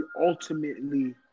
ultimately